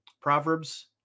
Proverbs